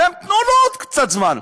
תנו לו עוד קצת זמן.